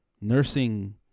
nursing